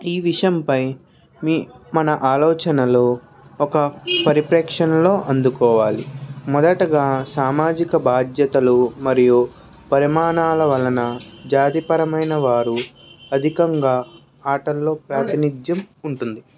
ఈ విషయంపై మీ మన ఆలోచనలు ఒక పరిపేక్షణలో అందుకోవాలి మొదటగా సామాజిక బాధ్యతలు మరియు పరిమాణాల వలన జాతిపరమైన వారు అధికంగా ఆటల్లో ప్రాతినిధ్యం ఉంటుంది